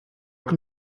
can